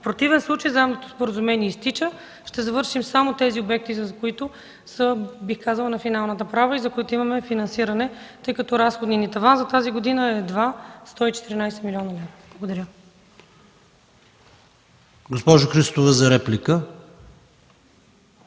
В противен случай заемното споразумение изтича, ще довършим само тези обекти, които, бих казала, са на финалната права и за които имаме финансиране, тъй като разходният ни таван за тази година е едва 114 млн. лв. Благодаря.